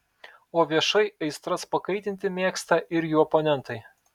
o viešai aistras pakaitinti mėgsta ir jų oponentai